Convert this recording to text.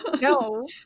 No